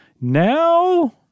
Now